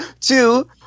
two